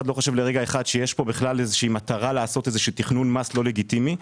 שיש פה איזו מטרה לעשות איזה תכנון מס לא לגיטימי.